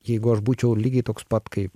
jeigu aš būčiau lygiai toks pat kaip